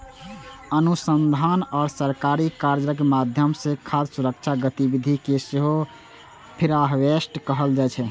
अनुसंधान आ सहकारी कार्यक माध्यम सं खाद्य सुरक्षा गतिविधि कें सेहो प्रीहार्वेस्ट कहल जाइ छै